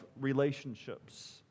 relationships